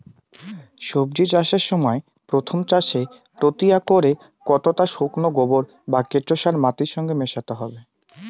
সবজি চাষের সময় প্রথম চাষে প্রতি একরে কতটা শুকনো গোবর বা কেঁচো সার মাটির সঙ্গে মেশাতে হবে?